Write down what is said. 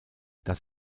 das